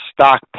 stock